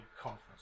conference